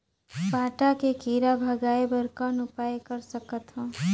भांटा के कीरा भगाय बर कौन उपाय कर सकथव?